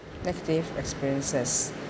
negative experiences